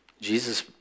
Jesus